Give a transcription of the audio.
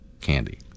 candy